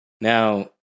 now